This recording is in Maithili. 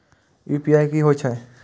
यू.पी.आई की होई छै?